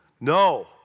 No